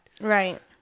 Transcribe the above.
Right